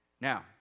Now